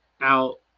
out